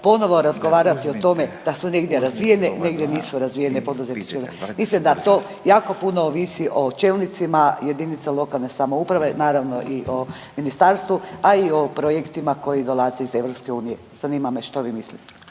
ponovo razgovarati o tome da su negdje razvijene, negdje nisu razvijene poduzetničke zone. Mislim da to jako puno ovisi o čelnicima JLS, naravno i o ministarstvu, a i o projektima koji dolaze iz EU. Zanima me što vi mislite.